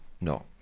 No